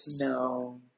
No